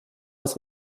das